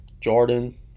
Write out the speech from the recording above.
Jordan